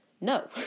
no